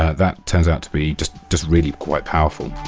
that turns out to be just just really quite powerful